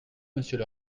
monsieur